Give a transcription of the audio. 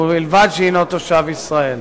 ובלבד שהוא תושב ישראל.